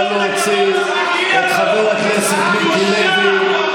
נא להוציא את חבר הכנסת מיקי לוי,